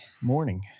morning